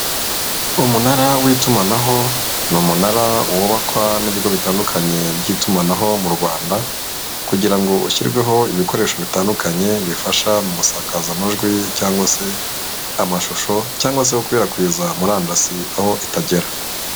Umunara w'itumanaho ni umunara wubakwa n'ibigo bitandukanye by'itumanaho mu Rwanda kugira ngo ushyirweho ibikoresho bitandukanye bifasha mu gusakaza amajwi cyangwa se amashusho cyangwa se gukwirakwiza murandasi aho itagera.